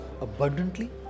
abundantly